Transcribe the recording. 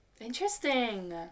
Interesting